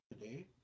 today